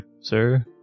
sir